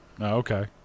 okay